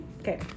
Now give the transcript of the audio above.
Okay